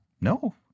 No